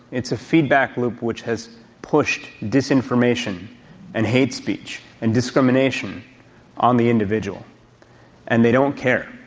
it's a feedback loop which has pushed disinformation and hate speech and discrimination on the individual and they don't care.